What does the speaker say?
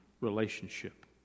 relationship